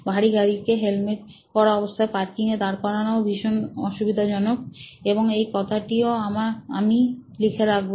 ভারী গাড়িকে হেলমেট পরা অবস্থায় পার্কিং এ দাঁড় করানোও ভীষণ অসুবিধাজনক এবং এই কথাটিও আমরা লিখবো